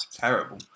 Terrible